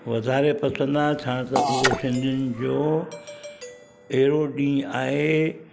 वधारे पसंदि आहे छा त हूअ सिंधीयुनि जो अहिड़ो ॾींहुं आहे